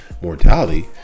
mortality